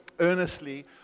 earnestly